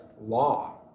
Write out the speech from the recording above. law